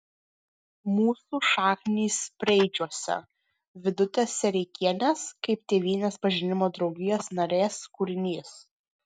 mūsų šaknys preidžiuose vidutės sereikienės kaip tėvynės pažinimo draugijos narės kūrinys